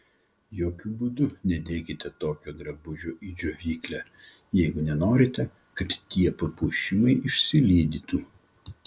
jokiu būdu nedėkite tokio drabužio į džiovyklę jeigu nenorite kad tie papuošimai išsilydytų